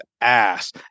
ass